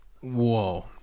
whoa